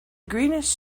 greenish